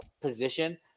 position